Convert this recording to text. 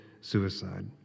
suicide